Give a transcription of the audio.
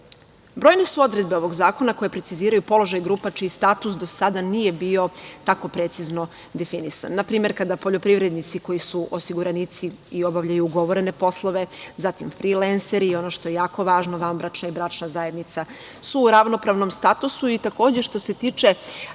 izmene. Brojne su odredbe ovog zakona koje preciziraju položaj grupa, čiji status do sada nije bio tako precizno definisan. Na primer, kada poljoprivrednici koji su osiguranici i obavljaju ugovorene poslove, zatim frilenseri i ono što je jako važno, bračna i vanbračna zajednica su u ravnopravnom statusu i takođe što se tiče